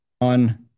on